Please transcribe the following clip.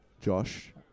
Josh